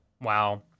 Wow